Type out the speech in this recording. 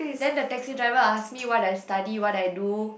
then the taxi driver ask me what I study what I do